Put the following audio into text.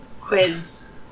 quiz